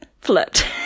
flipped